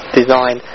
design